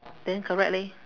then correct leh